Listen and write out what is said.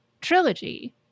trilogy